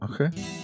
Okay